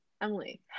Emily